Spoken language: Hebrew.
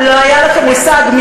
לא היה לכם מושג.